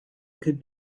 could